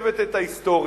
משכתבת את ההיסטוריה.